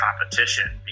competition